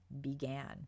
began